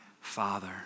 father